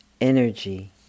energy